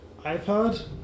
iPad